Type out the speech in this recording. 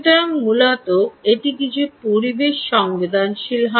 সুতরাং মূলত এটি কিছু পরিবেশ সংবেদনশীল হয়